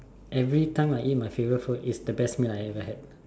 everytime I eat my favourite food it's the best meal I ever had